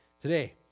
today